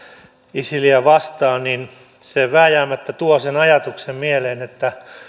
isiliä vastaan niin se vääjäämättä tuo sen ajatuksen mieleen että